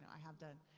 i have done.